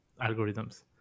algorithms